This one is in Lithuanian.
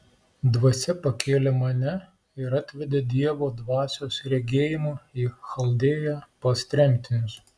dvasia pakėlė mane ir atvedė dievo dvasios regėjimu į chaldėją pas tremtinius